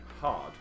hard